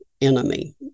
enemy